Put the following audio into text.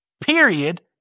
Period